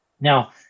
Now